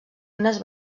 unes